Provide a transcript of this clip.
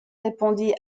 répondit